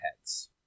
heads